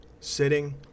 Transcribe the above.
Sitting